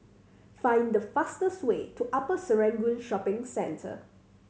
find the fastest way to Upper Serangoon Shopping Centre